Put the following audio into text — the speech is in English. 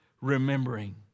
remembering